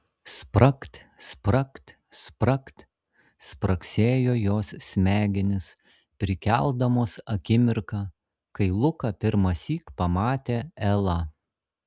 spragt spragt spragt spragsėjo jos smegenys prikeldamos akimirką kai luka pirmąsyk pamatė elą